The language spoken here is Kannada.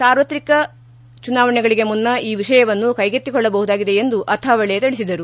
ಸಾರ್ವತ್ರಿಕ ಚುನಾವಣೆಗಳಿಗೆ ಮುನ್ನ ಈ ವಿಷಯವನ್ನು ಕೈಗೆತ್ತಿಕೊಳ್ಳಬಹುದಾಗಿದೆ ಎಂದು ಅಥಾವಳೆ ತಿಳಿಸಿದರು